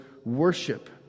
Worship